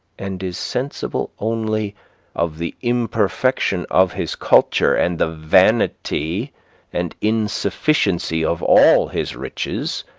and is sensible only of the imperfection of his culture and the vanity and insufficiency of all his riches,